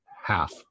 half